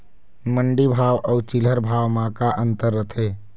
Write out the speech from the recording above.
मंडी भाव अउ चिल्हर भाव म का अंतर रथे?